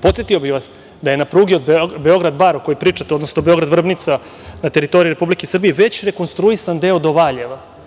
Podsetio bih vas da je na pruzi Beograd-Bar o kojoj pričate, odnosno Beograd-Vrbnica na teritoriji Republike Srbije, već rekonstruisan deo do Valjeva.